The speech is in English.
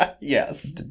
Yes